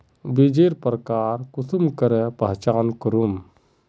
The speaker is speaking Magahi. बीजेर प्रकार कुंसम करे पहचान करूम?